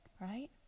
right